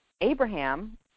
Abraham